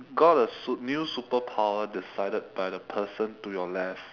got a sup~ new superpower decided by the person to your left